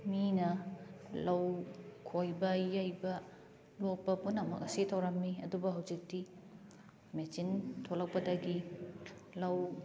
ꯃꯤꯅ ꯂꯧ ꯈꯣꯏꯕ ꯌꯩꯕ ꯂꯣꯛꯄ ꯄꯨꯝꯅꯃꯛ ꯑꯁꯤ ꯇꯧꯔꯝꯃꯤ ꯑꯗꯨꯕꯨ ꯍꯧꯖꯤꯛꯇꯤ ꯃꯦꯆꯤꯟ ꯊꯣꯂꯛꯄꯗꯒꯤ ꯂꯧ